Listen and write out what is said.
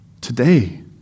today